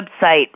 website